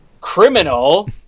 Criminal